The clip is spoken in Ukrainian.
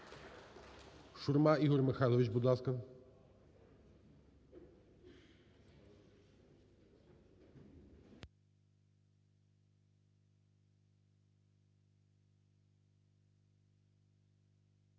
Шурма Ігор Михайлович, будь ласка.